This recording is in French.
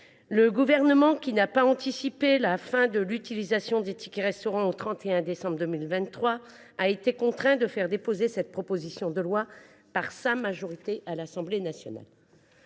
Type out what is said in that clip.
Le Gouvernement, qui n’a pas anticipé la fin de ce dispositif au 31 décembre 2023, a été contraint de faire déposer cette proposition de loi par sa majorité à l’Assemblée nationale.